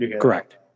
Correct